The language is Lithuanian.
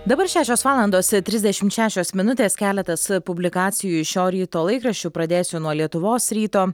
dabar šešios valandos trisdešimt šešios minutės keletas publikacijų iš šio ryto laikraščių pradėsiu nuo lietuvos ryto